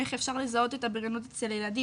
איך אפשר לזהות את הבריונות אצל ילדים,